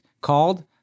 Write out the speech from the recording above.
called